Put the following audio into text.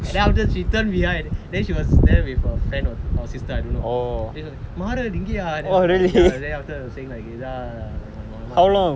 and then after that you turn behind then she was then with a friend or sister I don't know and she was maaran இங்கயா:ingayaa then I was like err